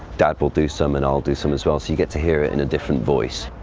dad will do some and i'll do some as well so you get to hear it in a different voice.